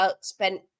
spent